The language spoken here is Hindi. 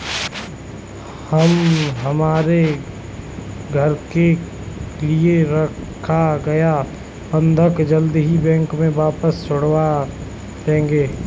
हम हमारे घर के लिए रखा गया बंधक जल्द ही बैंक से वापस छुड़वा लेंगे